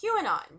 QAnon